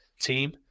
team